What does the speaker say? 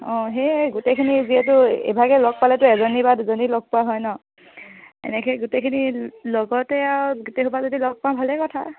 অঁ সেয়ে গোটেইখিনি যিহেতু ইভাগে লগ পালেতো এজনী বা দুজনী লগ পোৱা হয় ন এনেকৈ গোটেইখিনি লগতে আৰু গোটেইখিনি যদি লগ পাম ভালেই কথা